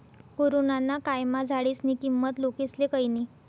corona ना कायमा झाडेस्नी किंमत लोकेस्ले कयनी